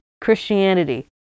Christianity